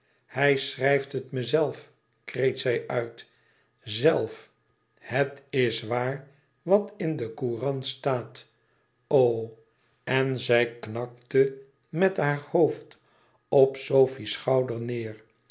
hij schrijft het me zelf kreet zij uit zelf het is waar wat in de courant staat oh en zij knakte met haar hoofd op sofie's schouder neêr